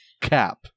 cap